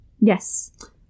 Yes